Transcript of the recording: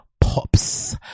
pops